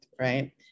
right